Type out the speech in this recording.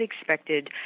expected